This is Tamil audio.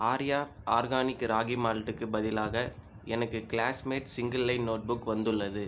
ஆர்யா ஆர்கானிக் ராகி மால்ட்டுக்கு பதிலாக எனக்கு classmate single line notebook வந்துள்ளது